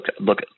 look